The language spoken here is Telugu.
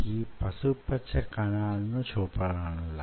ఈ పసుపుపచ్చ కణాలను చూపడం లా